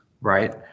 right